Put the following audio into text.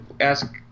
ask